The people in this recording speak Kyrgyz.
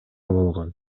болгон